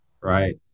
right